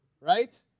right